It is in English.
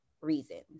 reasons